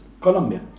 Colombia